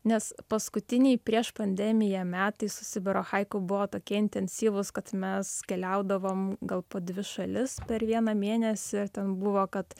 nes paskutiniai prieš pandemiją metai su sibiro haiku buvo tokie intensyvūs kad mes keliaudavom gal po dvi šalis per vieną mėnesį a ten buvo kad